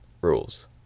rules